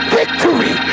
victory